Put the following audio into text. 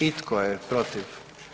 I tko je protiv?